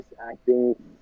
acting